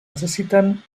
necessiten